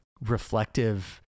reflective